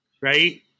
right